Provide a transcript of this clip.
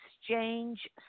exchange